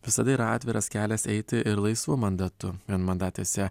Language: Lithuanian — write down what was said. visada yra atviras kelias eiti ir laisvu mandatu vienmandatėse